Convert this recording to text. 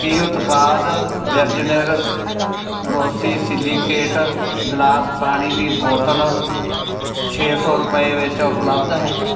ਕੀ ਉਤਪਾਦ ਬਿਰਜਨਿਰ borosilicate glass ਪਾਣੀ ਦੀ ਬੋਤਲ ਛੇ ਸੌ ਰੁਪਏ ਵਿੱਚ ਉਪਲੱਬਧ ਹੈ